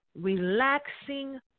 relaxing